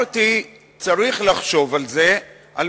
אמרתי: צריך לחשוב על זה, יכול להיות.